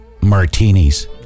martinis